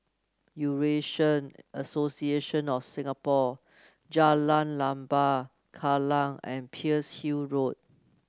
Eurasian Association of Singapore Jalan Lembah Kallang and Pearl's Hill Road